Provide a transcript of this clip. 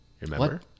Remember